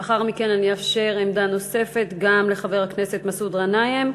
לאחר מכן אני אאפשר עמדה נוספת גם לחבר הכנסת מסעוד גנאים,